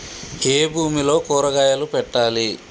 ఏ భూమిలో కూరగాయలు పెట్టాలి?